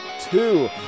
two